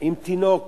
עם תינוק